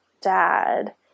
dad